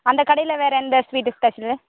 அந்த கடையில் வேறு எந்த ஸ்வீட்டு ஸ்பெஷலு